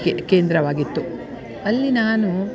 K ಕೇಂದ್ರವಾಗಿತ್ತು ಅಲ್ಲಿ ನಾನು